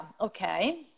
okay